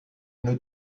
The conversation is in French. une